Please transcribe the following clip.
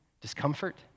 discomfort